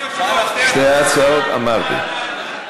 שתי ההצעות, אמרתי.